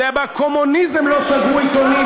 בקומוניזם לא סגרו עיתונים